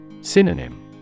Synonym